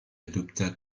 adopta